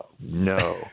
no